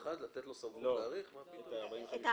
לתת לו סמכות להאריך את 21 הימים?